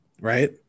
right